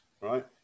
right